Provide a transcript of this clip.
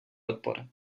odpor